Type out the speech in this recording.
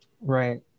Right